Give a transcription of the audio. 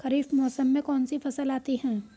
खरीफ मौसम में कौनसी फसल आती हैं?